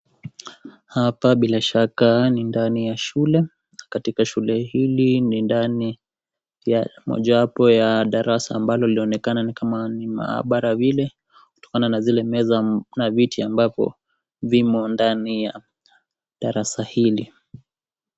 Hapa bila shaka ni ndani ya shule, katika shule hili ni ndani ya mojawapo ya darasa ambalo linaonekana kama mahabara vile, kutokana na zile meza kutokana na vile vimo ndani ya darasa hili.